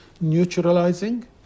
neutralizing